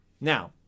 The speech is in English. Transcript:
Now